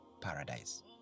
paradise